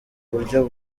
buryo